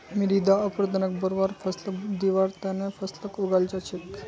मृदा अपरदनक बढ़वार फ़सलक दिबार त न फसलक उगाल जा छेक